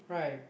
right